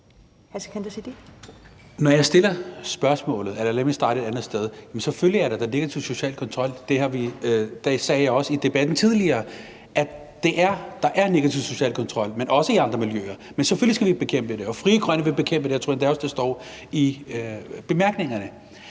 (FG): Selvfølgelig er der da negativ social kontrol. Det sagde jeg også i debatten tidligere, altså at der er negativ social kontrol, men også i andre miljøer. Men selvfølgelig skal vi bekæmpe det, og Frie Grønne vil bekæmpe det – jeg tror endda også, det står i bemærkningerne.